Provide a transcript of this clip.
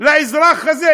לאזרח הזה?